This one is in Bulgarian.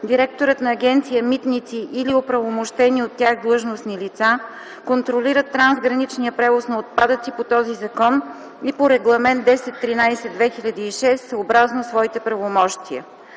директорът на Агенция „Митници” или оправомощени от тях длъжностни лица контролират трансграничния превоз на отпадъци по този закон и по Регламент 1013/2006 съобразно своите правомощия.